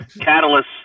Catalyst